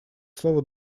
слово